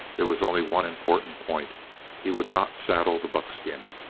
there was only one important point he would not saddle the buckskin.